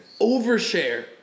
Overshare